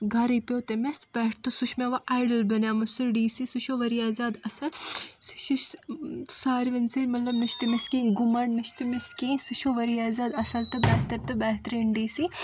گرٕے پیوٚ تٔمس پٮ۪ٹھ تہٕ سُہ چھُ مےٚ و آیڈل بنیومُت سُہ ڈی سی سُہ چھُ واریاہ زیادٕ اصل سُہ چھُ سارِوٕین سۭتۍ اصل مطلب نہَ چھُ تٔمس کیٚنہہ غُمنڈ نَہ چھُ تٔمس کیٚنہہ سُہ چھُ وارِیاہ زیادٕ اصل تہٕ بہتر تہٕ بہتریٖن ڈی سی